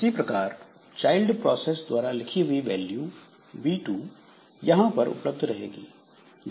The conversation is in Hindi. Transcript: इसी प्रकार चाइल्ड प्रोसेस द्वारा लिखी हुई दूसरी वैल्यू v2 यहां पर उपलब्ध रहेगी